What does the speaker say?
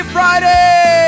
Friday